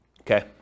Okay